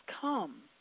come